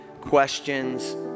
questions